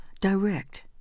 direct